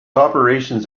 operations